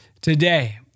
today